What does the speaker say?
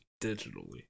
digitally